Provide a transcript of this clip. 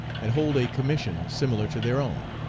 and hold a commission similar to their own,